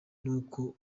kuko